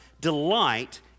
delight